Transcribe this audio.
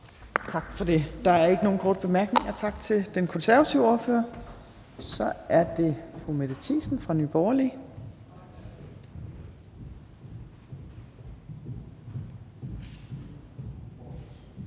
Tak for det. Der er ikke nogen korte bemærkninger. Tak til den konservative ordfører. Så er det fru Mette Thiesen fra Nye Borgerlige.